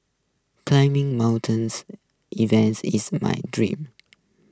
climbing mountains events is my dream